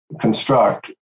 construct